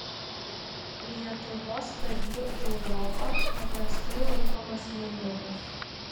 lietuvos vedliu į europą paprastai laikomas mindaugas